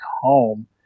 home